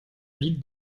ville